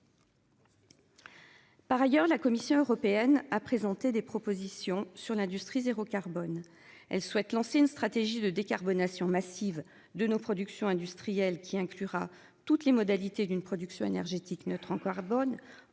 Par ailleurs, la Commission européenne a présenté des propositions sur l'industrie zéro carbone. Elle souhaite lancer une stratégie de décarbonation massive de nos productions industrielles qui inclura toutes les modalités d'une production énergétique neutre en carbone.